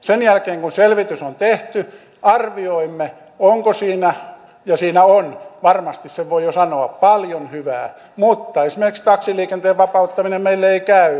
sen jälkeen kun selvitys on tehty arvioimme sen ja siinä on varmasti sen voi jo sanoa paljon hyvää mutta esimerkiksi taksiliikenteen vapauttaminen meille ei käy